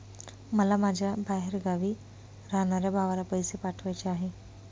मला माझ्या बाहेरगावी राहणाऱ्या भावाला पैसे पाठवायचे आहे